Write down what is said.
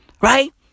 Right